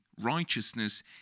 righteousness